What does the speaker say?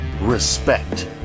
respect